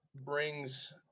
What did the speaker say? brings